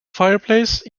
fireplace